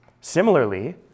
Similarly